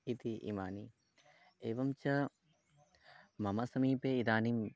इति इमानि एवं च मम समीपे इदानीम्